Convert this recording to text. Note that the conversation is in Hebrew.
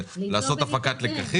בשעה